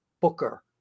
booker